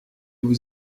vous